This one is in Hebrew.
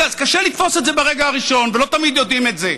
קשה לתפוס את זה ברגע הראשון ולא תמיד יודעים את זה,